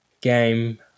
game